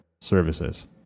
services